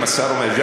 אם השר אומר,